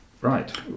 Right